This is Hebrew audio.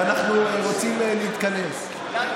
כי אנחנו רוצים להתכנס.